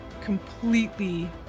completely